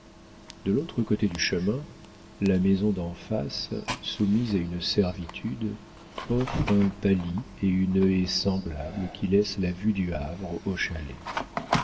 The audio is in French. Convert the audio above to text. de l'autre côté du chemin la maison d'en face soumise à une servitude offre un palis et une haie semblables qui laissent la vue du havre au chalet